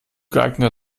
geeigneter